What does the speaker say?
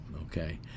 okay